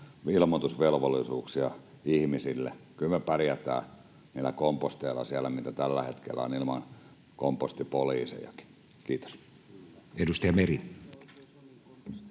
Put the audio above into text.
ilmoitusvelvollisuuksia ihmisille. Kyllä me pärjätään niillä komposteilla, mitä siellä tällä hetkellä on, ilman kompostipoliisejakin. — Kiitos. Edustaja Meri.